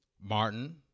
Martin